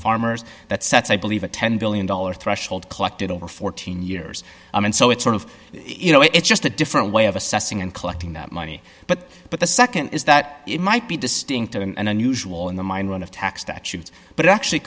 farmers that sets i believe a ten billion dollars threshold collected over fourteen years and so it's sort of you know it's just a different way of assessing and collecting that money but but the nd is that it might be distinctive and unusual in the mind one dollar of tax statutes but actually